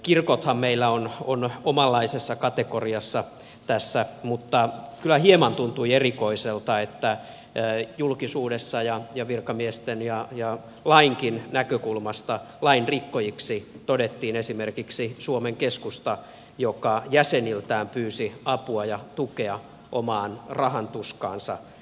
kirkothan meillä ovat omanlaisessa kategoriassa tässä mutta kyllä hieman tuntui erikoiselta että julkisuudessa ja virkamiesten ja lainkin näkökulmasta lain rikkojiksi todettiin esimerkiksi suomen keskusta joka jäseniltään pyysi apua ja tukea omaan rahan tuskaansa